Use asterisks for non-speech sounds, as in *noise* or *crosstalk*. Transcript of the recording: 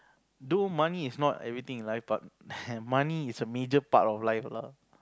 although money is not everything in life but *noise* money is a major part of life lah